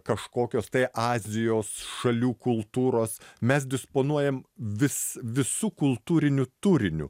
kažkokios tai azijos šalių kultūros mes disponuojam vis visu kultūriniu turiniu